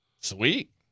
sweet